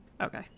Okay